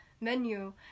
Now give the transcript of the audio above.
menu